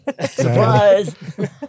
Surprise